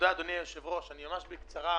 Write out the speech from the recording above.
לא לכל הדברים יש לי תשובות, אבל בחלק מהדברים כן